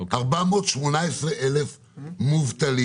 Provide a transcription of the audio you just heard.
418,000 מובטלים.